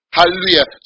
Hallelujah